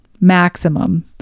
maximum